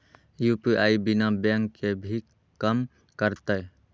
UPI बिना bank के भी कम करतै?